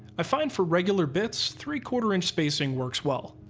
i find, for regular bits, three-quarter-inch spacing works well.